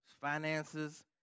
finances